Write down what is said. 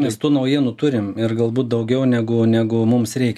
nes tų naujienų turim ir galbūt daugiau negu negu mums reik